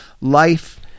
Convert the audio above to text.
life